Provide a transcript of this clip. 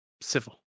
civil